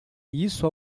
isso